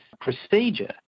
procedure